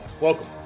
Welcome